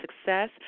Success